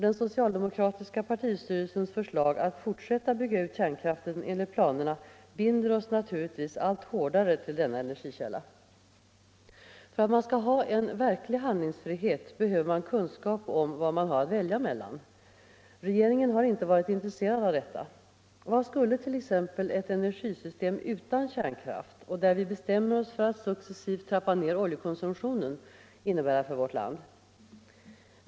Den socialdemokratiska partistyrelsens förslag att fortsätta bygga ut kärnkraften enligt planerna binder oss naturligtvis allt hårdare till denna energikälla. För att man skall ha en verklig handlingsfrihet behöver man kunskap om vad man har att välja mellan. Regeringen har inte varit intresserad; av detta. Vad skulle t.ex. ett energisystem utan kärnkraft och där vi bestämmer oss för att successivt trappa ned oljekonsumtionen innebära för vårt land?